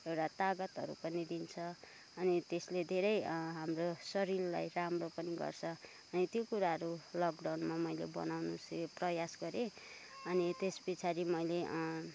एउटा ताकतहरू पनि दिन्छ अनि त्यसले धेरै हाम्रो शरीरलाई राम्रो पनि गर्छ अनि त्यो कुराहरू लकडाउनमा मैले बनाउनु प्रयास गरेँ अनि त्यस पछाडि मैले